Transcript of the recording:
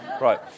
Right